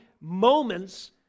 moments